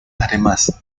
además